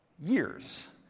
years